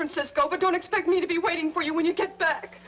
francisco but don't expect me to be waiting for you when you get back